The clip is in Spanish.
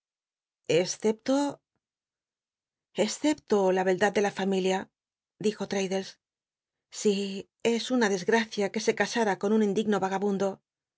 escepto escepto la beldad de la familia dijo tracldles si es una desgracia que se cas ra con un indigno ragabundo